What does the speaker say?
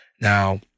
Now